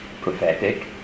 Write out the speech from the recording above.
prophetic